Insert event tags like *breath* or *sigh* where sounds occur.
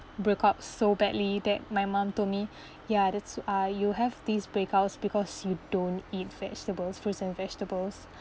broke out so badly that my mom told me *breath* ya that's why you have these breakouts because you don't eat vegetables fruits and vegetables